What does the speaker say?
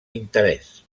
interès